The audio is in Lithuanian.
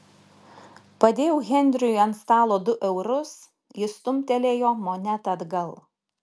padėjau henriui ant stalo du eurus jis stumtelėjo monetą atgal